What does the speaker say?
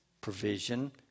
provision